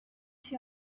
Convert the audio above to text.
she